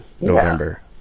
November